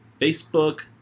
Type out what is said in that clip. Facebook